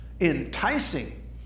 enticing